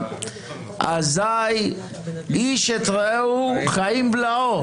אזי איש את רעהו חיים בלעו.